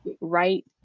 right